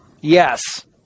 Yes